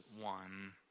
one